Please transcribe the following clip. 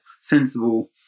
sensible